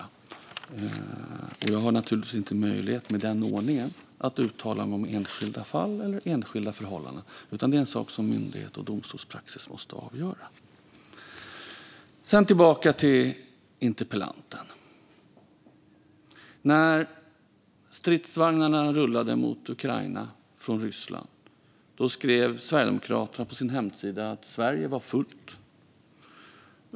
Med den ordningen har jag givetvis inte heller möjlighet att uttala mig om enskilda fall eller enskilda förhållanden, utan detta är något myndigheter och domstolspraxis måste avgöra. Åter till interpellanten. När de ryska stridsvagnarna rullade mot Ukraina skrev Sverigedemokraterna på sin hemsida att Sverige var fullt.